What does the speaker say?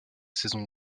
saison